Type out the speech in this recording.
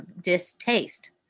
distaste